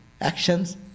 actions